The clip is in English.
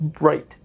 right